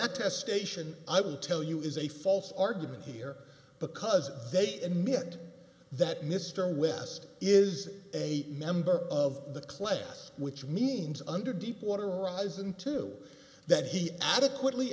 attestation i will tell you is a false argument here because they admit that mr west is a member of the class which means under deepwater horizon two that he adequately